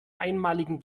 einmaligen